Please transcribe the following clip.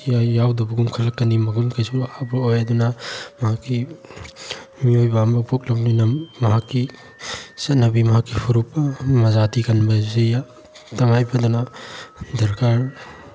ꯌꯥꯎꯗꯕꯒꯨꯝ ꯈꯜꯂꯛꯀꯅꯤ ꯃꯒꯨꯟ ꯀꯩꯁꯨ ꯍꯥꯞꯄꯛꯑꯣꯏ ꯑꯗꯨꯅ ꯃꯍꯥꯛꯀꯤ ꯃꯤꯑꯣꯏꯕ ꯑꯃ ꯄꯣꯛꯂꯕꯅꯤꯅ ꯃꯍꯥꯁꯛꯀꯤ ꯆꯠꯅꯕꯤ ꯃꯍꯥꯛꯀꯤ ꯍꯧꯔꯛꯐꯝ ꯃꯖꯥꯇꯤ ꯀꯟꯕ ꯍꯥꯏꯁꯤ ꯇꯉꯥꯏ ꯐꯗꯅ ꯗꯔꯀꯥꯔ